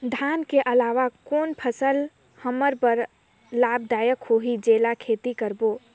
धान के अलावा कौन फसल हमर बर लाभदायक होही जेला खेती करबो?